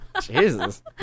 Jesus